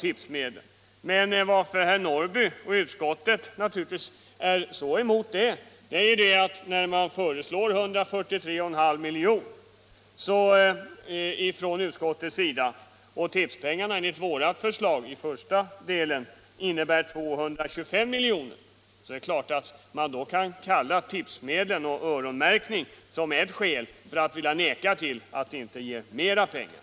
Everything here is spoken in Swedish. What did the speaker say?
Men anledningen till att herr Norrby och utskottet i övrigt är så emot det är naturligtvis att utskottet bara föreslår 143,5 milj.kr. och tipspengarna enligt vårt förslag i första delen innebär 225 milj.kr. Det är klart att man kan säga att tipsmedlen är öronmärkta och ange det som ett skäl att neka att ge mer pengar.